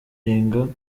maze